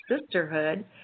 Sisterhood